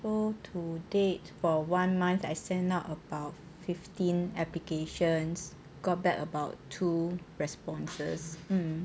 so to date for one month I send out about fifteen applications got back about two responses